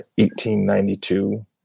1892